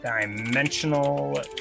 dimensional